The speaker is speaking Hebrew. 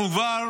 אנחנו כבר